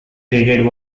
created